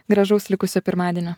gražaus likusio pirmadienio